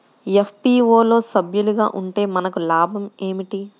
FPO లో సభ్యులుగా ఉంటే మనకు లాభం ఏమిటి?